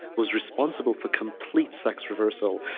was responsible for complete sex reversal,